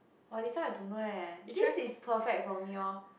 !wah!this one I don't know eh this is perfect for me orh